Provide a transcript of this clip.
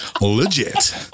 legit